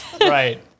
Right